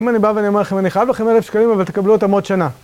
אם אני בא ואני אומר לכם, אני חייב לכם 1,000 שקלים, אבל תקבלו אותם עוד שנה.